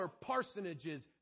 parsonages